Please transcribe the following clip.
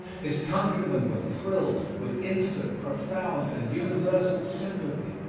his countrymen were thrilled with instant, profound and universal sympathy.